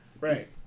Right